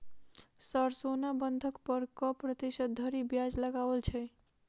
Sir सोना बंधक पर कऽ प्रतिशत धरि ब्याज लगाओल छैय?